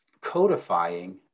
codifying